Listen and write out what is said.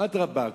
אדרבה,